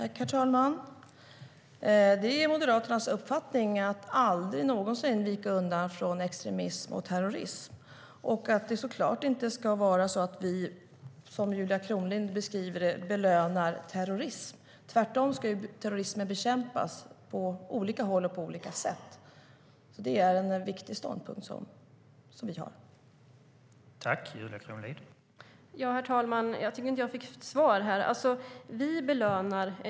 Herr talman! Det är Moderaternas uppfattning att vi aldrig någonsin ska vika undan från extremism och terrorism. Det ska såklart inte vara så att vi, som Julia Kronlid beskriver det, belönar terrorism. Tvärtom ska terrorismen bekämpas på olika håll och på olika sätt. Det är en viktig ståndpunkt som vi har.